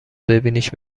ببینیش